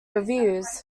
reviews